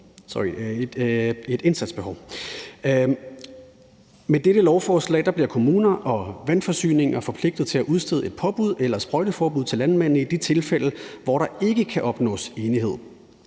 Med dette lovforslag bliver kommuner og vandforsyninger forpligtet til at udstede et påbud eller sprøjteforbud til landmændene i de tilfælde, hvor der ikke kan opnås enighed.